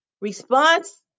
Response